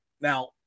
now